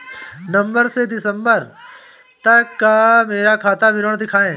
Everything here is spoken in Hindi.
नवंबर से दिसंबर तक का मेरा खाता विवरण दिखाएं?